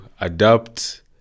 adapt